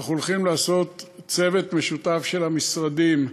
אנחנו הולכים לעשות צוות משותף של המשרדים,